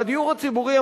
והדיור הציבורי,